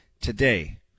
today